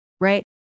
right